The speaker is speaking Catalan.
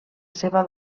seva